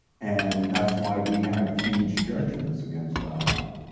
and that's why we have huge judgments against iran.